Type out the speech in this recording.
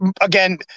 again